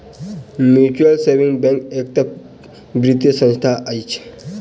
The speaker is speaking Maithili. म्यूचुअल सेविंग बैंक एकटा वित्तीय संस्था अछि